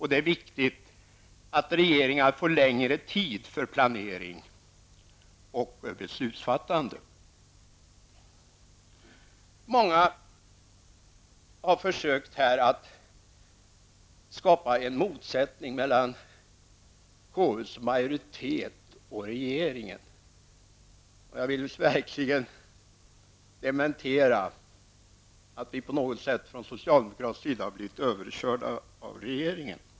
Det är viktigt att regeringar får längre tid för planering och beslutfattande. Många har här försökt skapa en motsättning mellan KUs majoritet och regeringen. Jag vill verkligen dementera att vi socialdemokrater på något sätt skulle ha blivit överkörda av regeringen.